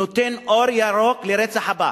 נותן אור ירוק לרצח הבא.